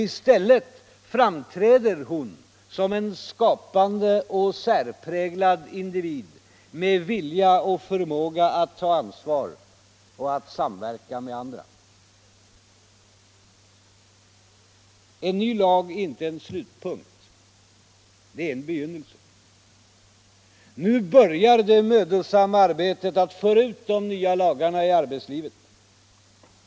I stället framträder hon som en skapande och särpräglad individ med vilja och förmåga att ta ansvar och att samverka med andra. En ny lag är inte en slutpunkt. Det är en begynnelse. Nu börjar det mödosamma arbetet att föra ut de nya lagarna i arbetslivet.